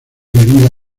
venida